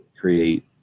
create